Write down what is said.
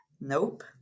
Nope